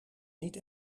niet